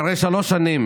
שלוש שנים